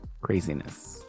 Craziness